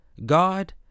god